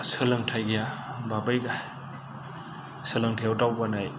सोलोंथाय गैया बा बै सोलोंथायाव दावबोनायाव